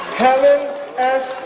helen s.